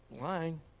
lying